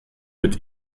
mit